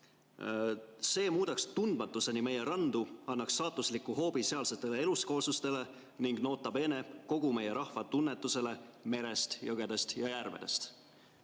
See muudaks tundmatuseni meie randu, annaks saatusliku hoobi sealsetele elukooslustele, ningnota bene, kogu meie rahva tunnetusele merest, jõgedest ja järvedest."